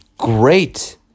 great